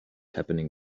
happening